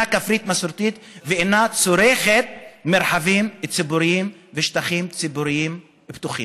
כפרית מסורתית ואינה צורכת מרחבים ציבוריים ושטחים ציבוריים פתוחים".